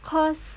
because